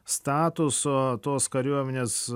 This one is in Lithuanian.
statuso tos kariuomenės